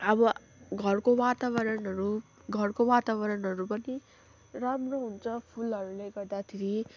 अब घरको वातावरणहरू घरको वातावरणहरू पनि राम्रो हुन्छ फुलहरूले गर्दाखेरि